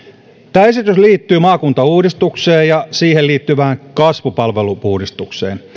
tämä esitys liittyy maakuntauudistukseen ja siihen liittyvään kasvupalvelu uudistukseen